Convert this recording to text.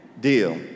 deal